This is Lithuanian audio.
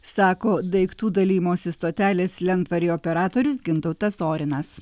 sako daiktų dalijimosi stotelės lentvaryje operatorius gintautas orinas